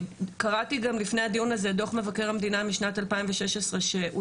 קראתי גם לפני הדיון הזה את דו"ח מבקר המדינה משנת 2016 שהצביע